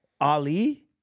Ali